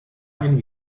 ein